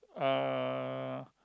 uh